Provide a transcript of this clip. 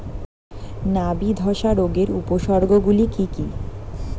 নাবি ধসা রোগের উপসর্গগুলি কি কি?